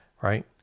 right